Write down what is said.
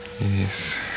Yes